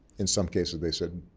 in some cases they said,